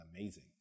amazing